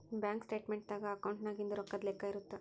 bank statement ದಾಗ ಅಕೌಂಟ್ನಾಗಿಂದು ರೊಕ್ಕದ್ ಲೆಕ್ಕ ಇರುತ್ತ